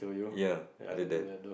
ya I did that